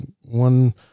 one